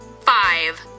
five